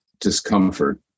discomfort